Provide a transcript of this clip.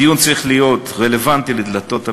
הדיון צריך להיות רלוונטי לדלתות המקלט.